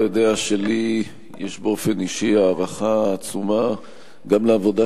אתה יודע שלי באופן אישי יש הערכה עצומה גם לעבודה